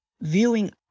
viewing